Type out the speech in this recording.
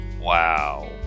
Wow